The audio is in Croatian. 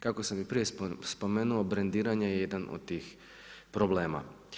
Kako sam i prije spomenuo brendiranje je jedan od tih problema.